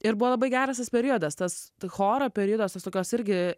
ir buvo labai geras tas periodas tas choro periodas tos tokios irgi